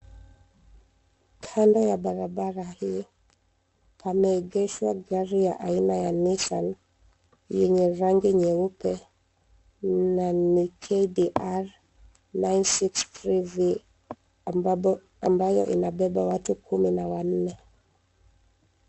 Kando ya barabara hii pameegeshwa gari ya aina ya Nissan yenye rangi nyeupe na ni KDR 963V ambayo inabeba watu kumi na wanne.